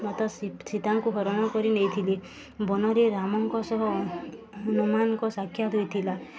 ମାତା ସୀ ସୀତାଙ୍କୁ ହରଣ କରି ନେଇଥିଲେ ବନରେ ରାମଙ୍କ ସହ ହନୁମାନଙ୍କ ସାକ୍ଷାତ ହୋଇଥିଲା